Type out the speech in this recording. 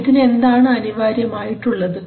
ഇതിന് എന്താണ് അനിവാര്യമായിട്ടുള്ളത്